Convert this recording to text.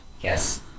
Yes